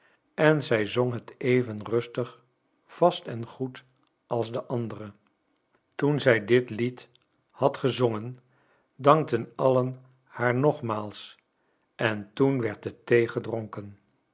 en zij zong het even rustig vast en goed als de andere toen zij dit lied had gezongen dankten allen haar nogmaals en toen werd er thee gedronken